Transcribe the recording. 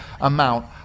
amount